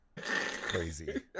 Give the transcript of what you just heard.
Crazy